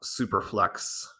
superflex